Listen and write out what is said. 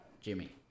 Jimmy